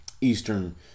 eastern